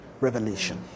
revelation